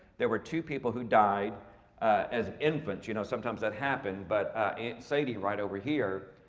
there were two people who died as infants, you know sometimes that happened, but sadie right over here.